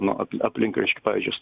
nuo aplink pavyzdžiui